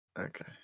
Okay